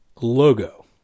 logo